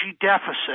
deficit